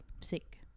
sick